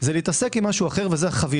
זה להתעסק עם משהו אחר - החבילה.